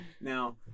Now